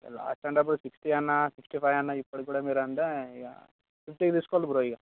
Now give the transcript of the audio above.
last అంటే అప్పుడు sixty అన్నా సిక్స్టీ ఫైవ్ అన్నా ఇప్పటికి కూడా మీరు అంటే ఇక ఫిఫ్టీకి తీసుకోండి బ్రో ఇక